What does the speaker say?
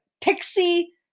pixie